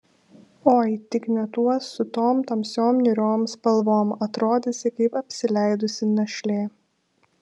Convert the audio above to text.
oi tik ne tuos su tom tamsiom niūriom spalvom atrodysi kaip apsileidusi našlė